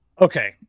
Okay